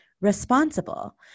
responsible